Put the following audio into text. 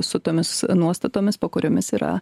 su tomis nuostatomis po kuriomis yra